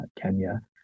Kenya